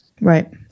right